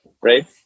right